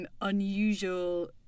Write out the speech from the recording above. Unusual